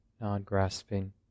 non-grasping